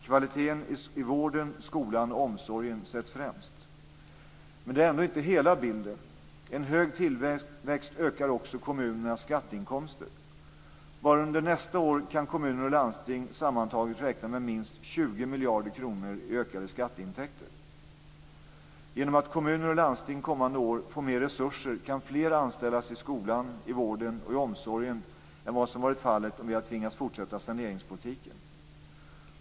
Kvaliteten i vården, skolan och omsorgen sätts främst. Men det är ändå inte hela bilden. En hög tillväxt ökar också kommunernas skatteinkomster. Bara under nästa år kan kommuner och landsting sammantaget räkna med minst 20 miljarder kronor i ökade skatteintäkter. Genom att kommuner och landsting under kommande år får mer resurser kan fler anställas i skolan, vården och omsorgen än vad som hade varit fallet om vi hade tvingats att fortsätta med saneringspolitiken.